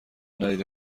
ندیده